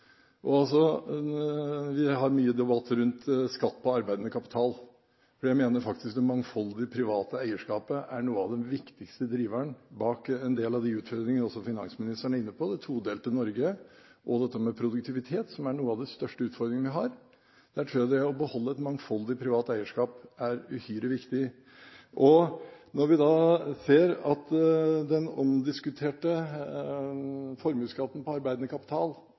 svar, så jeg bare håper det utvalget jobber godt. Men det setter litt av skattedebatten i et underlig lys, for jeg tror det ligger mye dynamikk her – også som vi ikke kjenner. Vi har mye debatt rundt skatt på arbeidende kapital. Jeg mener det mangfoldige private eierskapet er en av de viktigste driverne bak en del av de utfordringene som også finansministeren er inne på, det todelte Norge og dette med produktivitet, som er noen av de største utfordringene vi har. Der tror jeg at det